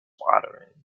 watering